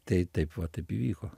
tai taip va taip įvyko